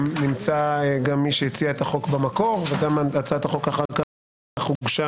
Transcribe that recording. נמצא איתנו גם מי שהציע את החוק במקור וגם הצעת החוק אחר כך הוגשה